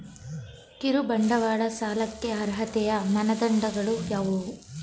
ಕಿರುಬಂಡವಾಳ ಸಾಲಕ್ಕೆ ಅರ್ಹತೆಯ ಮಾನದಂಡಗಳು ಯಾವುವು?